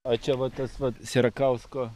o čia vat tas vat sierakausko